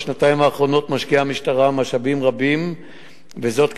בשנתיים האחרונות משקיעה המשטרה משאבים רבים כדי